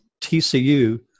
TCU